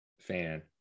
fan